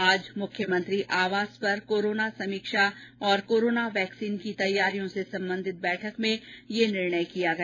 आज मुख्यमंत्री आवास पर कोरोना समीक्षा और कोरोना वैक्सीन की तैयारियों से सम्बंधित बैठक में ये निर्णय किया गया